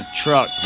truck